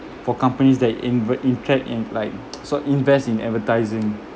for companies that inve~ attract in like sort of invest in advertising